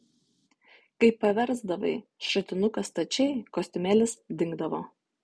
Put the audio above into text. kai paversdavai šratinuką stačiai kostiumėlis dingdavo